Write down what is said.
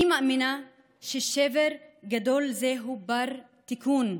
אני מאמינה ששבר גדול זה הוא בר-תיקון.